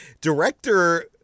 director